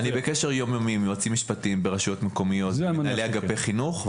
אני בקשר יומיומי עם יועצים משפטיים ברשויות מקומיות ומנהלי אגפי חינוך,